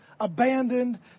abandoned